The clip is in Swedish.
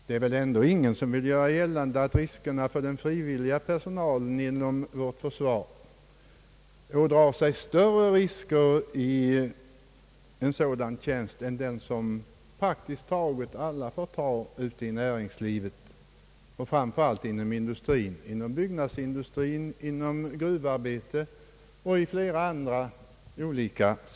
Det är väl ändå ingen som vill göra gällande att riskerna för den frivilliga personalen inom vårt försvar är större än de risker som praktiskt taget alla andra personalkategorier i näringslivet får utstå, framför allt då inom byggnadsindustrin, gruvindustrin och i flera andra sammanhang.